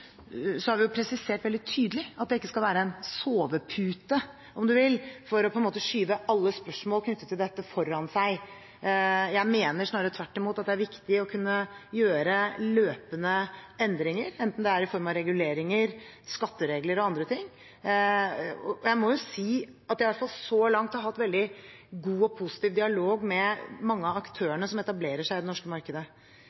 har vi presisert veldig tydelig at det ikke skal være en sovepute – om du vil – for på en måte å skyve alle spørsmål knyttet til dette, foran seg. Jeg mener snarere tvert imot at det er viktig å kunne gjøre løpende endringer, enten det er i form av reguleringer, skatteregler eller andre ting. Jeg må jo si at jeg i hvert fall så langt har hatt veldig god og positiv dialog med mange av